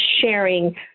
sharing